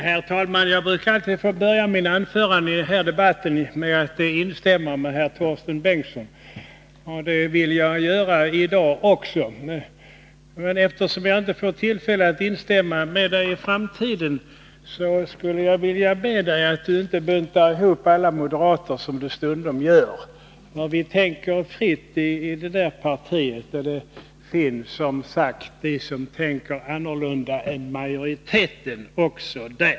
Herr talman! Jag brukar alltid börja mina anföranden i dessa debatter med att instämma med Torsten Bengtson, och det vill jag göra i dag också. Men eftersom jag inte får tillfälle att instämma med Torsten Bengtson i framtiden skulle jag vilja be honom att inte bunta ihop alla moderater, som han stundom gör. Vi tänker fritt i det partiet, och det finns som sagt de som tänker annorlunda än majoriteten även där.